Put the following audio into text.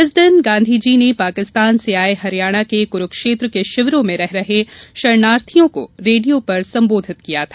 इस दिन गांधी जी ने पाकिस्तान से आये हरियाणा के कुरूक्षेत्र के शिविरों में रह रहे शरणार्थियों को रेडियो पर संबोधित किया था